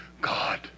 God